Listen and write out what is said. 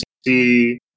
see